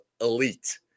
elite